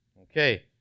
Okay